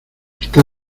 está